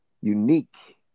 unique